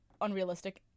unrealistic